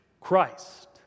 Christ